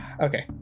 Okay